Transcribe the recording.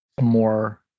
more